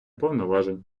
повноважень